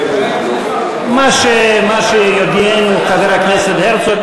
מה שיודיענו חבר הכנסת הרצוג.